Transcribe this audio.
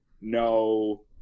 No –